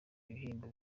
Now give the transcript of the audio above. ibihembo